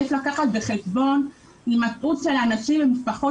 יש לקחת בחשבון הימצאות של אנשים ממשפחות